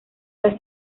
las